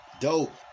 Dope